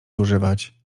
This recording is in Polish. używać